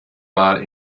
mal